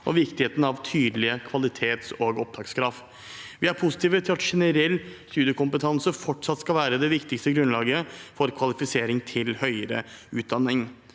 og viktigheten av tydelige kvalitets- og opptakskrav. Vi er positive til at generell studiekompetanse fortsatt skal være det viktigste grunnlaget for kvalifisering til høyere utdanning.